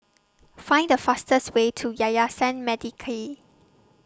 Find The fastest Way to Yayasan Mendaki